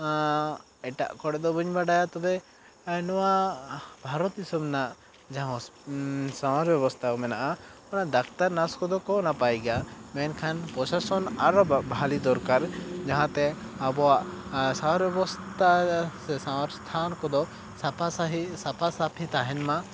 ᱮᱴᱟᱜ ᱠᱚᱨᱮ ᱫᱚ ᱵᱟᱹᱧ ᱵᱟᱲᱟᱭᱟ ᱛᱚᱵᱮ ᱱᱚᱣᱟ ᱵᱷᱟᱨᱚᱛ ᱫᱤᱥᱚᱢ ᱨᱮᱱᱟᱜ ᱡᱟᱦᱟᱸ ᱥᱟᱶᱟᱨ ᱵᱮᱵᱚᱥᱛᱟ ᱢᱮᱱᱟᱜᱼᱟ ᱚᱱᱟ ᱰᱟᱠᱴᱟᱨ ᱱᱟᱨᱥ ᱠᱚᱫᱚ ᱠᱚ ᱱᱟᱯᱟᱭ ᱜᱮᱭᱟ ᱢᱮᱱᱠᱷᱟᱱ ᱯᱚᱥᱟᱥᱚᱱ ᱟᱨᱚ ᱵᱟ ᱵᱷᱟᱹᱞᱤ ᱫᱚᱨᱠᱟᱨ ᱡᱟᱦᱟᱸ ᱛᱮ ᱟᱵᱚᱣᱟᱜ ᱥᱟᱶᱟᱨ ᱵᱮᱵᱚᱥᱛᱟ ᱥᱮ ᱥᱟᱶᱟᱨ ᱵᱮᱵᱚᱥᱛᱷᱟ ᱠᱚᱫᱚ ᱥᱟᱯᱷᱟ ᱥᱟᱹᱦᱤᱡ ᱥᱟᱯᱷᱟ ᱥᱟᱯᱷᱤ ᱛᱟᱦᱮᱱ ᱢᱟ